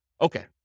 Okay